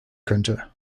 könnte